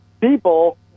people